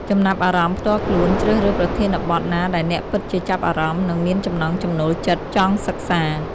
ចំណាប់អារម្មណ៍ផ្ទាល់ខ្លួន ជ្រើសរើសប្រធានបទណាដែលអ្នកពិតជាចាប់អារម្មណ៍ និងមានចំណង់ចំណូលចិត្តចង់សិក្សា។